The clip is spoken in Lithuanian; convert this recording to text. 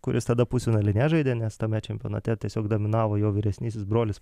kuris tada pusfinalyje nežaidė nes tame čempionate tiesiog dominavo jo vyresnysis brolis